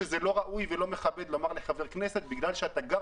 לא ראוי ולא מכבד לומר לחבר כנסת שבגלל שהוא גר